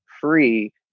free